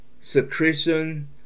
secretion